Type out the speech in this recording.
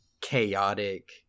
chaotic